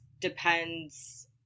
depends